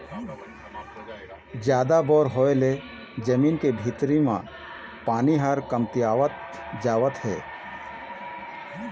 जादा बोर होय ले जमीन के भीतरी म पानी ह कमतियावत जावत हे